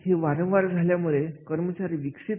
किंवा एखाद्या कार्यामध्ये मालकीहक्क तयार होत असतो